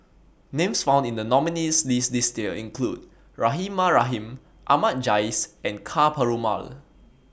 Names found in The nominees' list This Year include Rahimah Rahim Ahmad Jais and Ka Perumal